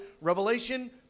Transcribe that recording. Revelation